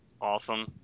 awesome